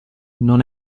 non